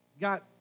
got